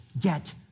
get